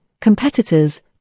competitors